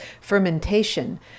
fermentation